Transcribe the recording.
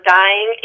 dying